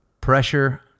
Pressure